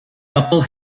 couple